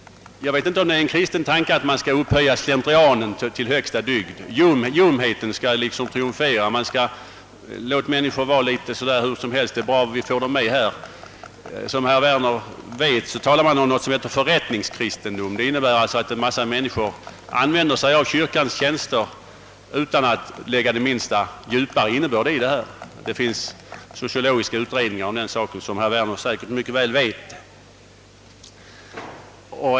Jag vet inte om det är en kristen tanke att man skall upphöja "slentrianen till högsta dygd, att ljumheten skall triumfera och att man bör låta människor vara litet hur som helst, bara man får dem med. Som herr Werner vet brukar det talas om förrättningskristendom. Den inne bär att människor utnyttjar kyrkans tjänster utan att inlägga någon djupare innebörd i det. Det finns sociologiska utredningar om den saken, såsom herr Werner nog mycket väl känner till.